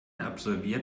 absolviert